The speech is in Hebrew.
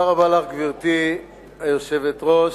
גברתי היושבת-ראש,